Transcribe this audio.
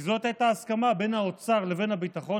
כי זאת הייתה ההסכמה בין האוצר לבין הביטחון,